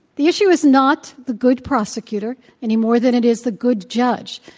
the issue is not the good prosecutor any more than it is the good judge.